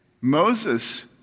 Moses